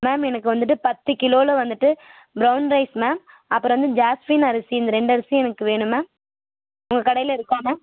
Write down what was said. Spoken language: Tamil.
மேம் எனக்கு வந்துட்டு பத்து கிலோவில வந்துட்டு ப்ரவுன் ரைஸ் மேம் அப்புறம் வந்து ஜாஸ்மின் அரிசி இந்த ரெண்டு அரிசியும் எனக்கு வேணும் மேம் உங்கள் கடையில் இருக்கா மேம்